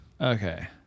Okay